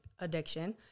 addiction